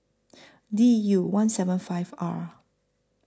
D U one seven five R